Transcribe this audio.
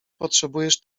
potrzebujesz